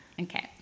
Okay